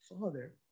Father